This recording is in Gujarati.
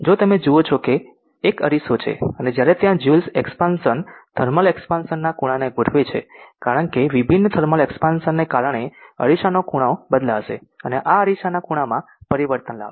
જો તમે જુઓ છો કે આ એક અરીસો છે અને જ્યારે ત્યાં જ્યુલ્સ એક્ષ્પાનશન થર્મલ એક્ષ્પાનશન ના ખૂણા ને ગોઠવે છે કારણ કે વિભિન્ન થર્મલ એક્ષ્પાનશન ને કારણે અરીસાનો ખૂણા બદલાશે અને આ અરીસાના ખૂણામાં પરિવર્તન લાવશે